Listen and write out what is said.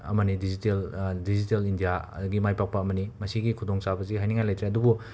ꯑꯃꯅꯤ digital digital ꯏꯟꯗ꯭ꯌꯥꯒꯤ ꯃꯥꯏ ꯄꯥꯛꯄ ꯑꯃꯅꯤ ꯃꯁꯤꯒꯤ ꯈꯨꯗꯣꯡꯆꯥꯕꯁꯤ ꯍꯥꯏꯅꯤꯡꯉꯥꯏ ꯂꯩꯇ꯭ꯔꯦ ꯑꯗꯨꯕꯨ